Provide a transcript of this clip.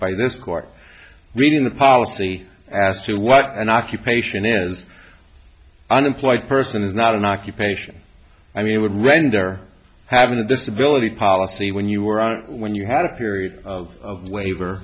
by this court meaning the policy as to what an occupation is unemployed person is not an occupation i mean would render having a disability policy when you were on when you had a period of